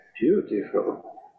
beautiful